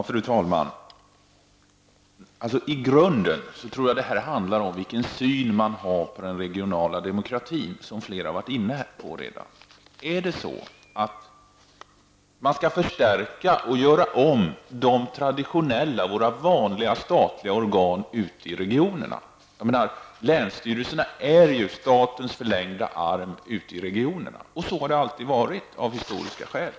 Fru talman! I grunden tror jag att det handlar om synen på den regionala demokratin -- en fråga som flera redan har varit inne på. Är det så, att man skall förstärka och göra om de traditionella organen, våra vanliga statliga organ ute i regionerna? Länsstyrelserna är ju statens förlängda arm i de olika regionerna -- och så har det alltid varit, av historiska skäl.